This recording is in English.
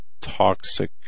toxic